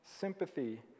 sympathy